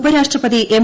ഉപരാഷ്ട്രപതി എം